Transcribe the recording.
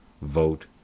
vote